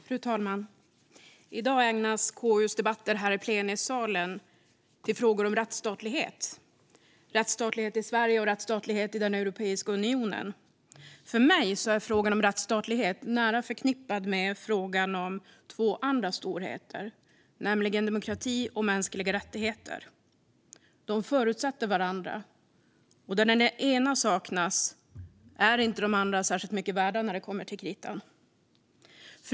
Fru talman! I dag ägnas KU:s debatter här i plenisalen åt frågor om rättsstatlighet - rättsstatlighet i Sverige och rättsstatlighet i Europeiska unionen. För mig är frågan om rättsstatlighet nära förknippad med frågan om två andra storheter, nämligen demokrati och mänskliga rättigheter. De förutsätter varandra, och när den ena saknas är de andra inte särskilt mycket värda när det kommer till kritan.